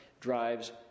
drives